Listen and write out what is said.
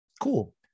Cool